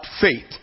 faith